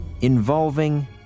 involving